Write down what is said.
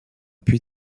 puits